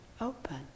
open